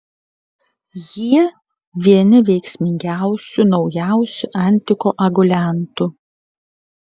jie vieni veiksmingiausių naujausių antikoaguliantų